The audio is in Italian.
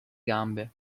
gambe